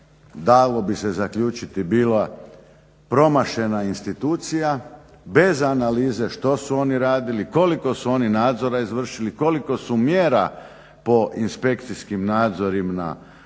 dalo bi se zaključiti bila promašena institucija bez analize što su oni radili, koliko su oni nadzora izvršili, koliko su mjera po inspekcijskim nadzorima